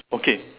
okay